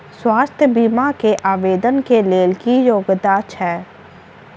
स्वास्थ्य बीमा केँ आवेदन कऽ लेल की योग्यता छै?